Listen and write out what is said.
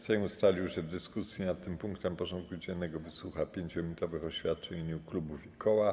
Sejm ustalił, że w dyskusji nad tym punktem porządku dziennego wysłucha 5-minutowych oświadczeń w imieniu klubów i koła.